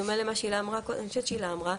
בדומה למה שאני חושבת שהילה אמרה,